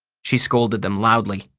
she scolded them loudly.